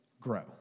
grow